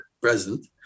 present